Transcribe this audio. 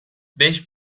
beş